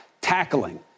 tackling